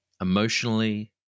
emotionally